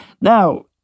now